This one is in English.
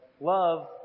love